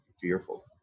fearful